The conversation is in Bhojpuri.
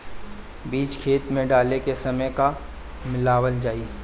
बीज खेत मे डाले के सामय का का मिलावल जाई?